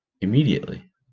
Immediately